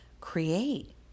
create